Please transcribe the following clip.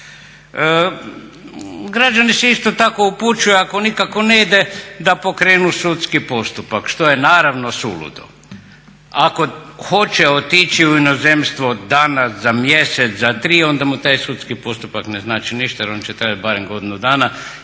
Građani se isto tako upućuju ako nikako ne ide da pokrenu sudski postupak što je naravno suludo. Ako hoće otići u inozemstvo danas, za mjesec, za tri onda mu taj sudski postupak ne znači ništa jer on će trajati barem godinu dana